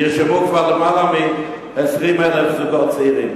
וכבר נרשמו יותר מ-20,000 זוגות צעירים.